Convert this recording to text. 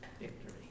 victory